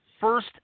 First